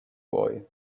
boy